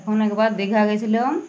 অনেকবার দিঘা গিয়েছিলাম